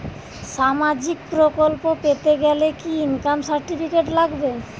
সামাজীক প্রকল্প পেতে গেলে কি ইনকাম সার্টিফিকেট লাগবে?